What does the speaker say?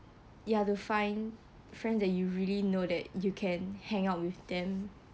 ya to find friends that you really know that you can hang out with them